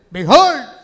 Behold